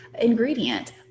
ingredient